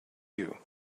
you